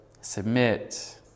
submit